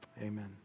amen